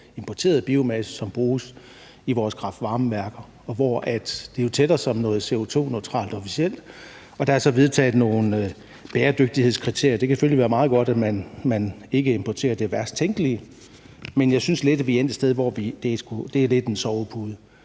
importerede biomasse, som bruges i vores kraft-varme-værker, og hvor det jo officielt tæller som noget CO2-neutralt. Der er så vedtaget nogle bæredygtighedskriterier, og det kan selvfølgelig være meget godt, at man ikke importerer det værst tænkelige, men jeg synes lidt, at vi er endt et sted, hvor det lidt er en sovepude.